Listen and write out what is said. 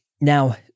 Now